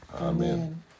Amen